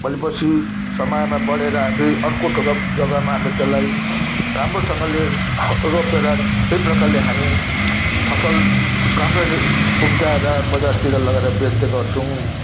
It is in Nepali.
भोलि पर्सि समयमा बढेर हामी अर्को ठुलो जगामा हामी त्यसलाई राम्रोसँगले रोपेर त्यही प्रकारले हामी फसल राम्ररी उब्जाएर बजारतिर लगेर बेच्ने गर्छौँ